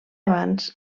abans